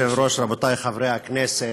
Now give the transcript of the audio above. מכובדי היושב-ראש, רבותי חברי הכנסת,